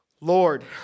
Lord